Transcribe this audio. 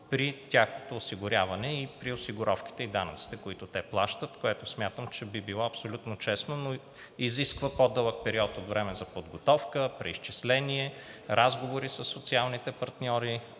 при тяхното осигуряване и при осигуровките и данъците, които те плащат, което смятам, че би било абсолютно честно, но изисква по-дълъг период от време за подготовка, преизчисление, разговори със социалните партньори.